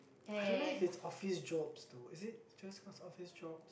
I don't know if it's office jobs though is it just cause office jobs